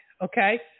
okay